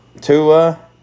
Tua